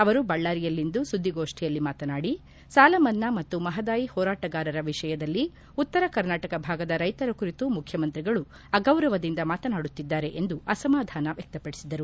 ಅವರು ಬಳ್ಳಾರಿಯಲ್ಲಿಂದು ಸುದ್ದಿಗೋಷ್ಠಿಯಲ್ಲಿ ಮಾತನಾಡಿ ಸಾಲಮನ್ನಾ ಮತ್ತು ಮಹದಾಯಿ ಹೋರಾಟಗಾರರ ವಿಷಯದಲ್ಲಿ ಉತ್ತರ ಕರ್ನಾಟಕ ಭಾಗದ ರೈತರ ಕುರಿತು ಮುಖ್ಯಮಂತ್ರಿಗಳು ಅಗೌರವದಿಂದ ಮಾತನಾಡುತ್ತಿದ್ದಾರೆ ಎಂದು ಅಸಮಾಧಾನ ವ್ಯಕ್ತಪಡಿಸಿದರು